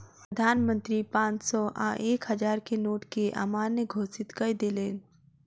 प्रधान मंत्री पांच सौ आ एक हजार के नोट के अमान्य घोषित कय देलैन